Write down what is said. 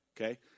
okay